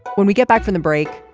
when we get back from the break.